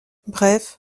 bref